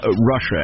Russia